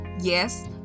yes